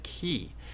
key